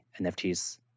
NFTs